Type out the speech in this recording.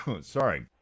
Sorry